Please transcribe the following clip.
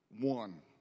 one